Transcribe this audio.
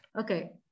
okay